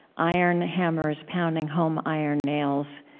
iron hammers pounding home iron nails.